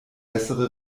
bessere